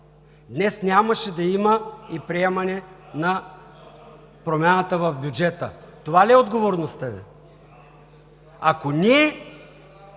днес нямаше да има и приемане на промяната в бюджета. Това ли е отговорността Ви? Ако ние